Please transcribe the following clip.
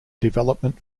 development